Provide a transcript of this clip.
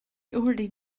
already